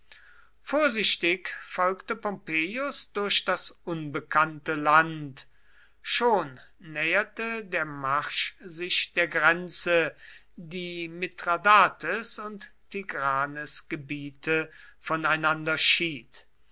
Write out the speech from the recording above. vorsichtig folgte pompeius durch das unbekannte land schon näherte der marsch sich der grenze die mithradates und tigranes gebiete voneinander schied